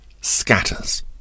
scatters